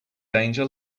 danger